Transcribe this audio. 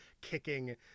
kicking